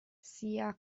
sia